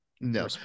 No